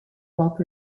pop